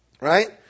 Right